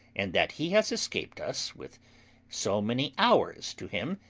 and that he has escaped us with so many hours to him,